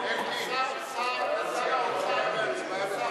היום, שר האוצר ושר הפנים,